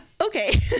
Okay